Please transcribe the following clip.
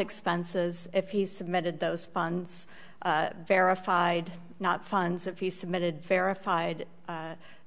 expenses if he submitted those funds verified not funds if he submitted verified